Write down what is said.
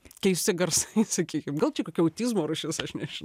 keisti garsai sakykim gal čia kokia autizmo rūšis aš neži